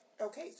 okay